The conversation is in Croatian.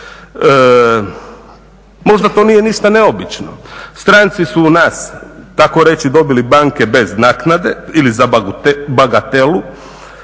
Možda to nije ništa neobično. Stranci su u nas takoreći dobili banke bez naknade ili za bagatelu.